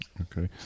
okay